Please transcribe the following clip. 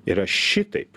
yra šitaip